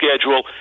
schedule